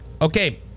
Okay